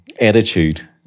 attitude